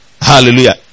Hallelujah